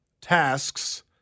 tasks